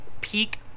peak